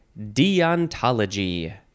deontology